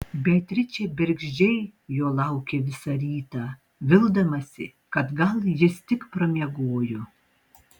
beatričė bergždžiai jo laukė visą rytą vildamasi kad gal jis tik pramiegojo